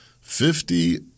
Fifty